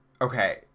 Okay